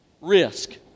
risk